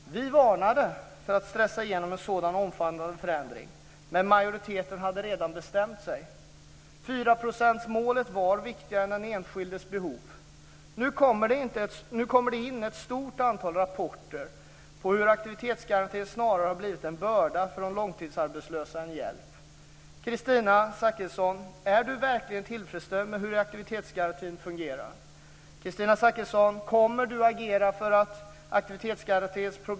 Vi varnade för att stressa igenom en sådan omfattande förändring. Men majoriteten hade redan bestämt sig. Fyraprocentsmålet var viktigare än den enskildes behov. Nu kommer det in ett stort antal rapporter om hur aktivitetsgarantin snarare har blivit en börda för de långtidsarbetslösa än en hjälp. Är Kristina Zakrisson verkligen tillfreds med hur aktivitetsgarantin fungerar?